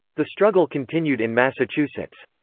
the struggle continued in massachusetts.